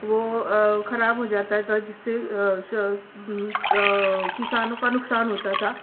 وہ خراب ہو جاتا تھا جس سے کسانوں کا نقصان ہوتا تھا